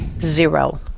Zero